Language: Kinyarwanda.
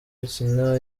mpuzabitsina